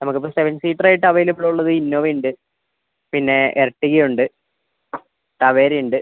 നമുക്ക് ഇപ്പം seven seater ആയിട്ട് അവൈലബിൾ ഉള്ളത് ഇന്നോവ ഉണ്ട് പിന്നേ എർട്ടിഗ ഉണ്ട് ടവേര ഉണ്ട്